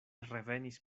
revenis